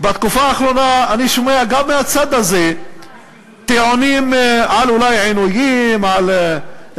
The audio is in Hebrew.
בתקופה האחרונה אני שומע גם מהצד הזה טיעונים על אולי עינויים וכו'.